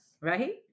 Right